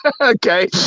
Okay